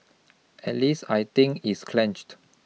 at least I think it's clenched